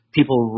People